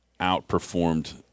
outperformed